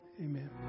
Amen